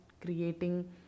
creating